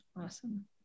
Awesome